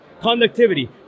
Conductivity